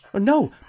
No